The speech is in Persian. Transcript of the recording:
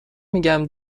میگم